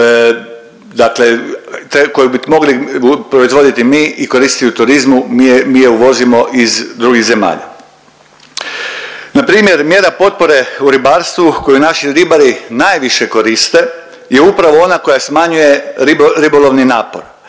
dakle koju bi mogli proizvoditi mi i koristiti u turizmu mi je uvozimo iz drugih zemalja. Npr. mjera potpore u ribarstvu koju naši ribari najviše koriste je upravo ona koja smanjuje ribolovni napor,